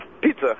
Pizza